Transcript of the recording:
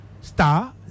star